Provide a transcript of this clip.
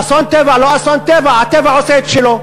אסון טבע, לא אסון טבע, הטבע עושה את שלו.